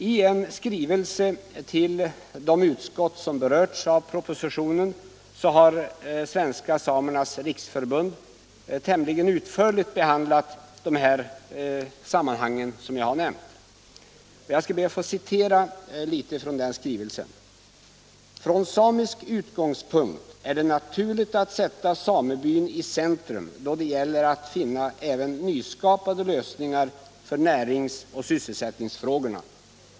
in un I skrivelse till de utskott som berörts av propositionen har Svenska samernas riksförbund tämligen utförligt behandlat de sammanhang som Jag har nämnt. Jag skall be att få citera litet från den skrivelsen. "Från samisk utgångspunkt är det naturligt att sätta samebyn i centrum då det gäller att finna även nyskapade lösningar för närings och sysselsättningsfrågorna.